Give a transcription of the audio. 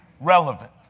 relevant